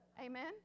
Amen